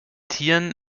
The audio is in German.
tieren